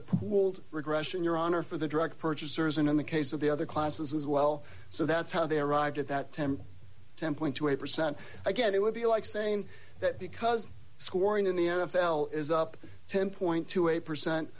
old regression your honor for the direct purchasers and in the case of the other classes as well so that's how they arrived at that temp ten twenty eight percent again it would be like saying that because scoring in the n f l is up ten point two eight percent